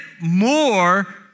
more